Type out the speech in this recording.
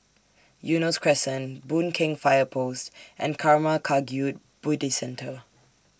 Eunos Crescent Boon Keng Fire Post and Karma Kagyud Buddhist Centre